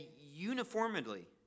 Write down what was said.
uniformly